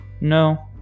No